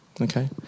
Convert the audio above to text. okay